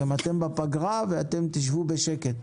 אתם בפגרה ואתם תשבו בשקט.